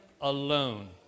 alone